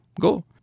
go